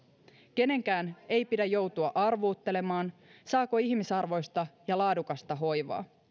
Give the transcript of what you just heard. kenenkään ei pidä joutua arvuuttelemaan saako ihmisarvoista ja laadukasta hoivaa